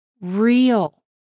real